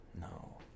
No